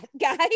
guys